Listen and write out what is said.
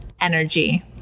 energy